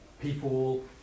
people